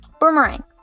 Boomerang